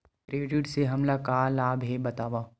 Credit से हमला का लाभ हे बतावव?